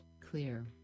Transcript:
clear